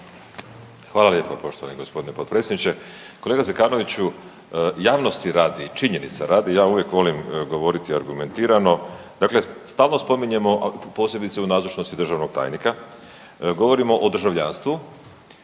Hvala lijepo poštovani g. potpredsjedniče. Kolega Zekanoviću, javnosti radi i činjenica radi ja uvijek volim govoriti argumentirano, dakle stalno spominjemo, a posebice u nazočnosti hrvatskog tajnika govorimo o državljanstvu